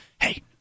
Hey